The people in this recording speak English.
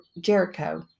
Jericho